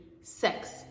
sex